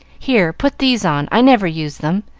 here, put these on i never use them.